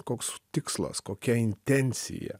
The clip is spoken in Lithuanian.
koks tikslas kokia intencija